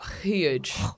Huge